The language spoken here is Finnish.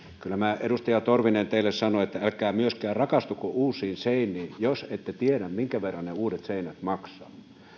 kyllä minä edustaja torvinen teille sanon että älkää myöskään rakastuko uusiin seiniin jos ette tiedä minkä verran ne uudet seinät maksavat